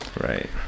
Right